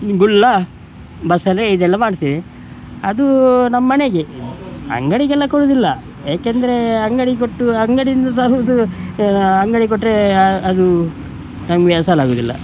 ಗುಳ್ಳ ಬಸಳೆ ಇದೆಲ್ಲ ಮಾಡ್ತೇವೆ ಅದು ನಮ್ಮನೆಗೆ ಅಂಗಡಿಗೆಲ್ಲ ಕೊಡುವುದಿಲ್ಲ ಯಾಕೆಂದರೆ ಅಂಗಡಿಗೆ ಕೊಟ್ಟು ಅಂಗಡಿಯಿಂದ ತರುವುದು ಅಂಗಡಿಗೆ ಕೊಟ್ಟರೆ ಅದು ನಮಗೆ ಅಸಲಾಗುವುದಿಲ್ಲ